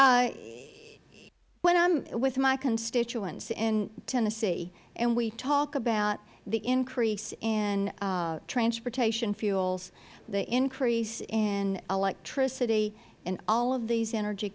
am with my constituents in tennessee and we talk about the increase in transportation fuels the increase in electricity and all of these energy